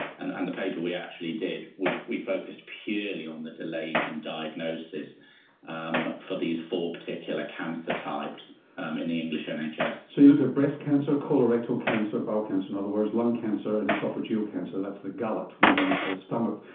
and and the paper we actually did, we we focused purely on the delays in diagnosis um for these four particular cancer types um in the english and nhs. so you looked at breast cancer, colorectal cancer, bowel cancer in other words, lung cancer and oesophageal cancer, that's the gullet leading into the stomach.